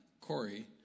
Corey